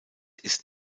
ist